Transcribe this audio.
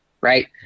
Right